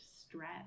stress